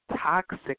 toxic